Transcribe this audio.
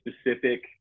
specific